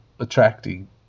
attracting